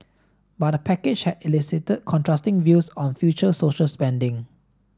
but the package had elicited contrasting views on future social spending